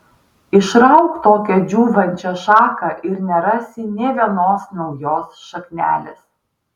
išrauk tokią džiūvančią šaką ir nerasi nė vienos naujos šaknelės